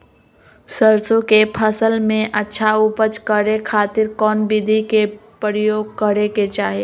सरसों के फसल में अच्छा उपज करे खातिर कौन विधि के प्रयोग करे के चाही?